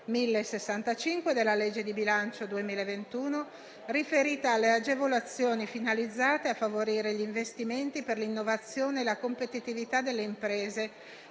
1065, della legge di bilancio 2021 riferita alle agevolazioni finalizzate a favorire gli investimenti per l'innovazione e la competitività delle imprese,